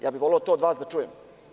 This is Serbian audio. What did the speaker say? Ja bi voleo to od vas da čujem.